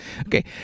Okay